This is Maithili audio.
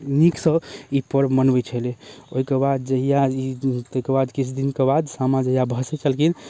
नीकसँ ई पर्ब मनबैत छलै ओहिके बाद जहिआ ई ताहिके बाद किछु दिनके बाद सामा जहिआ भसैत छलखिन